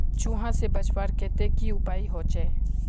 चूहा से बचवार केते की उपाय होचे?